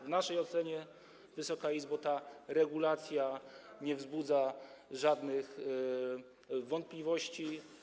W naszej ocenie, Wysoka Izbo, ta regulacja nie wzbudza żadnych wątpliwości.